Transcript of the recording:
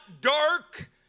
dark